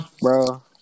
bro